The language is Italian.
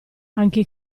anche